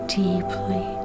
deeply